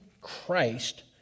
Christ